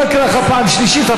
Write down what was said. אני לא אקרא אותך פעם שלישית.